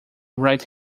right